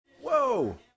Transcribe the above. Whoa